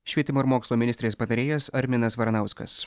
švietimo ir mokslo ministrės patarėjas arminas varanauskas